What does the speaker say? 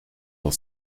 will